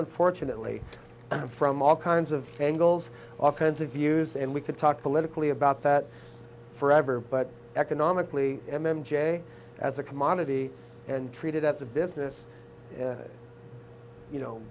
unfortunately from all kinds of angles all kinds of views and we could talk politically about that forever but economically m m j as a commodity and treated as a business you know